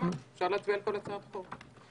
אפשר להצביע על כל הצעת חוק,